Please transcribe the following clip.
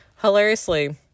hilariously